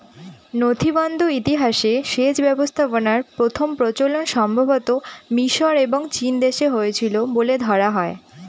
নথিবদ্ধ ইতিহাসে সেচ ব্যবস্থাপনার প্রথম প্রচলন সম্ভবতঃ মিশর এবং চীনদেশে হয়েছিল বলে ধরা হয়